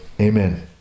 Amen